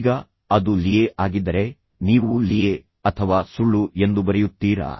ಈಗ ಅದು ಲಿಯೇ ಆಗಿದ್ದರೆ ನೀವು ಲಿಯೇ ಅಥವಾ ಸುಳ್ಳು ಎಂದು ಬರೆಯುತ್ತೀರಾ